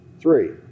Three